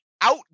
Out